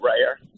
rare